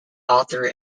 author